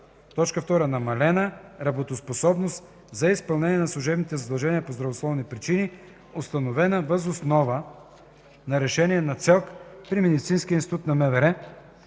2. намалена работоспособност за изпълнение на служебните задължения по здравословни причини, установена въз основа на решение на ЦЕЛК при Медицинския институт на МВР,